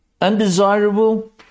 Undesirable